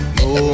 no